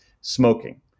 smoking